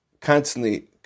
Constantly